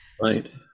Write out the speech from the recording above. right